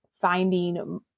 finding